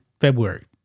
February